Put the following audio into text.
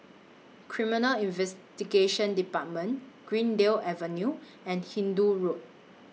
Criminal Investigation department Greendale Avenue and Hindoo Road